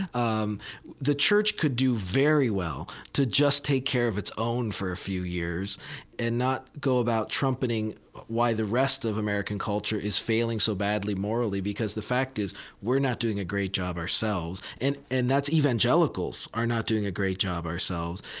um the church could do very well to just take care of its own for a few years and not go about trumpeting why the rest of american culture is failing so badly morally, because the fact is we're not doing a great job ourselves. and and that's evangelicals are not doing a great job ourselves.